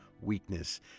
weakness